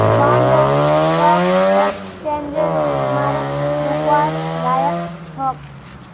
Bombay stock एक्सचेंजेर इमारत दखवार लायक छोक